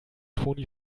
toni